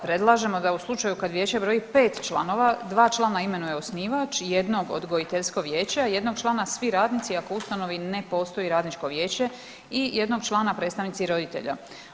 Predlažemo da u slučaju kad vijeće broji 5 članova, 2 člana imenuje osnivač i jednog odgojiteljsko vijeće, a jednog člana svi radnici ako u ustanovi ne postoji radničko vijeće i jednog člana predstavnici roditelja.